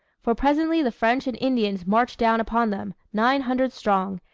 for presently the french and indians marched down upon them, nine hundred strong,